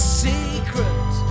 secret